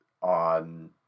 on